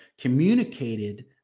communicated